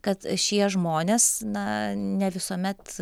kad šie žmonės na ne visuomet